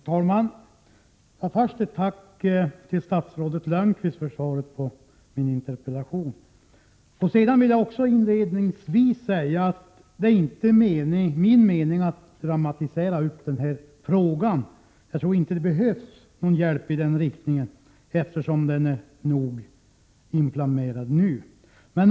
Herr talman! Först ett tack till statsrådet Lönnqvist för svaret på min interpellation. Jag vill inledningsvis säga att det inte är min mening att dramatisera frågan —- det behövs inte någon hjälp i den riktningen, eftersom frågan är nog inflammerad redan nu.